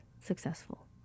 successful